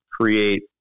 create